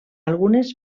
algunes